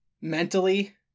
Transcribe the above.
mentally